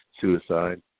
suicide